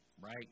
Right